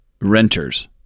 renters